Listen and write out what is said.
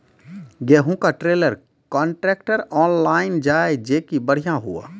गेहूँ का trailer contractor online जाए जैकी बढ़िया हुआ